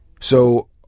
So